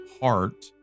heart